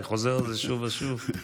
אני חוזר על זה שוב ושוב.